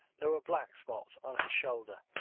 there were black spots on his shoulder.